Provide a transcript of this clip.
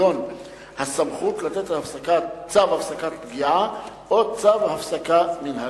כגון הסמכות לתת צו הפסקת פגיעה או צו הפסקה מינהלי.